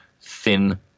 thin